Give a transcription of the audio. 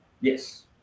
Yes